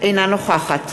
אינה נוכחת